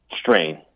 strain